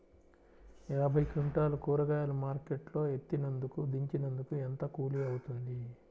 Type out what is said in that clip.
యాభై క్వింటాలు కూరగాయలు మార్కెట్ లో ఎత్తినందుకు, దించినందుకు ఏంత కూలి అవుతుంది?